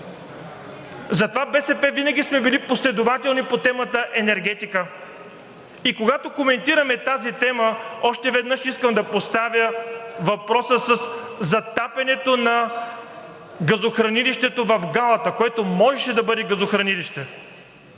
Затова в БСП винаги сме били последователни по темата енергетика и когато коментираме тази тема, още веднъж искам да поставя въпроса със затапянето на газохранилището в Галата, което можеше да бъде газохранилище.